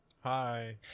Hi